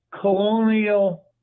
colonial